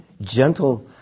Gentle